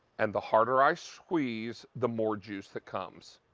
and the harder i squeeze, the more juice that comes.